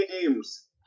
games